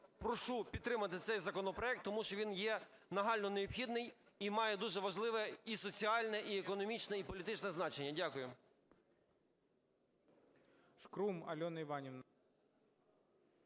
прошу підтримати цей законопроект, тому що він є нагально необхідний і має дуже важливе і соціальне, і економічне, і політичне значення. Дякую.